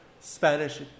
Spanish